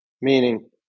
meaning